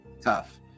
tough